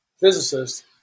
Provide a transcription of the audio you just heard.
physicist